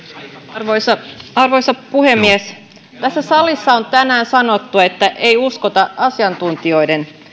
arvoisa arvoisa puhemies tässä salissa on tänään sanottu että ei uskota asiantuntijoiden